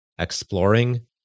exploring